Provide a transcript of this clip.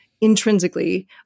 intrinsically